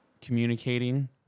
communicating